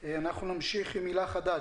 נמשיך עם הילה חדד,